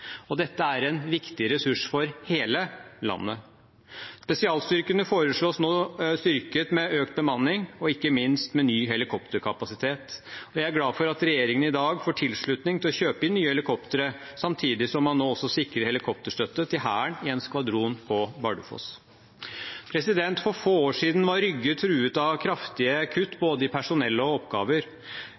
Dette er en viktig ressurs for hele landet. Spesialstyrkene foreslås nå styrket med økt bemanning og ikke minst med ny helikopterkapasitet. Jeg er glad for at regjeringen i dag får tilslutning til å kjøpe inn nye helikopter samtidig som man nå sikrer helikopterstøtte til Hæren i en skvadron på Bardufoss. For få år siden var Rygge truet av kraftige kutt både i personell og oppgaver.